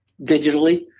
Digitally